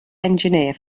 engineer